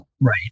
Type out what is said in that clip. right